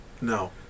No